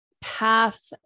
path